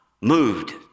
moved